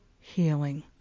healing